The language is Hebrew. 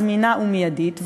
זמינה ומיידית,